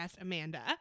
Amanda